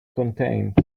contained